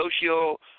social